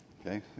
Okay